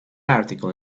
article